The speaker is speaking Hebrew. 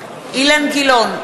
גילאון,